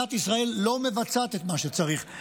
מדינת ישראל לא מבצעת את מה שצריך.